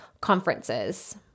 conferences